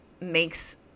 makes